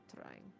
trying